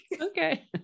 Okay